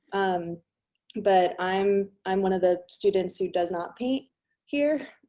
um but i'm i'm one of the students who does not paint here.